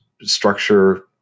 Structure